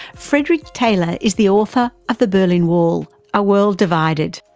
fredrick taylor is the author of the berlin wall a world divided.